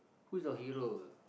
who's your hero